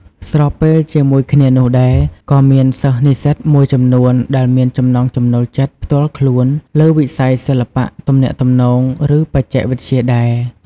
ស្របពេលជាមួយគ្នានោះដែរ ក៏មានសិស្សនិស្សិតមួយចំនួនដែលមានចំណង់ចំណូលចិត្តផ្ទាល់ខ្លួនលើវិស័យសិល្បៈ ទំនាក់ទំនង ឬបច្ចេកវិទ្យាដែរ។